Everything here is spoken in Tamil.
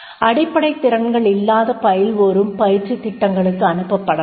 அடிப்படை திறன்கள் இல்லாத பயில்வோரும் பயிற்சித் திட்டங்களுக்கு அனுப்பப்படலாம்